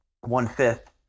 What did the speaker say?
one-fifth